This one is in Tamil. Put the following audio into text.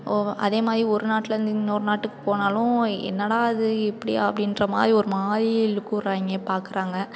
ஓ அதே மாதிரி ஒரு நாட்லிருந்து இன்னொரு நாட்டுக்கு போனாலும் என்னடா இது இப்படியா அப்படின்ற மாதிரி ஒரு மாதிரி லுக்கு விட்றாய்ங்க பார்க்கறாங்க